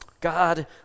God